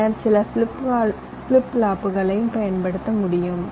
பின்னர் சில ஃபிளிப் ஃப்ளாப்புகளையும் பயன்படுத்த முடியும்